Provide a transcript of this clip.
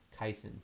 Kaisen